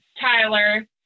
Tyler